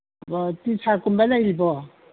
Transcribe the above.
ꯑꯥ ꯇꯤ ꯁꯥꯔꯠꯀꯨꯝꯕ ꯂꯩꯔꯤꯕꯣ